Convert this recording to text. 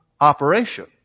operation